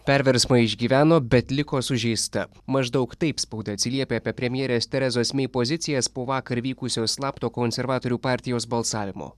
perversmą išgyveno bet liko sužeista maždaug taip spauda atsiliepė apie premjerės terezos mei pozicijas po vakar vykusio slapto konservatorių partijos balsavimo